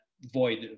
void